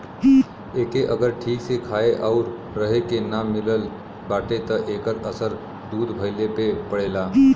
एके अगर ठीक से खाए आउर रहे के ना मिलत बाटे त एकर असर दूध भइले पे पड़ेला